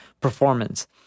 performance